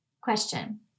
Question